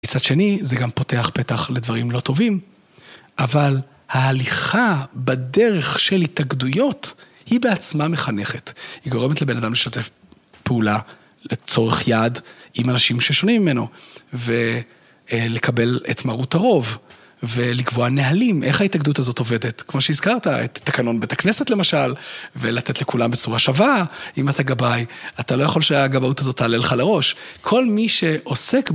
מצד שני, זה גם פותח פתח לדברים לא טובים, אבל ההליכה בדרך של התאגדויות, היא בעצמה מחנכת. היא גורמת לבן אדם לשתף פעולה לצורך יעד עם אנשים ששונים ממנו, ולקבל את מרות הרוב, ולקבוע נהלים, איך ההתאגדות הזאת עובדת? כמו שהזכרת, את תקנון בית הכנסת למשל, ולתת לכולם בצורה שווה, אם אתה גבאי, אתה לא יכול שהגבאות הזאת תעלה לך לראש. כל מי שעוסק,